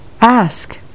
ask